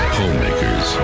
homemakers